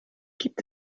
gibt